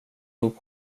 tog